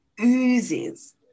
oozes